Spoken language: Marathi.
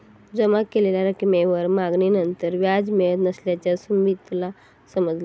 जमा केलेल्या रकमेवर मागणीनंतर व्याज मिळत नसल्याचा सुमीतला समजला